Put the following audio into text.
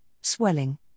swelling